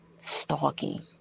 Stalking